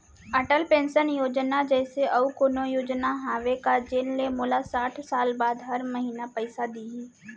Atal pension Yojana जइसे अऊ कोनो योजना हावे का जेन ले मोला साठ साल बाद हर महीना पइसा दिही?